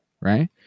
right